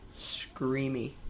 Screamy